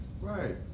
Right